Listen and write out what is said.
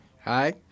Hi